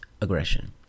aggression